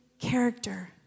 character